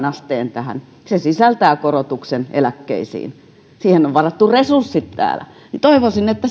asteen tähän se sisältää korotuksen eläkkeisiin siihen on varattu resurssit täällä toivoisin että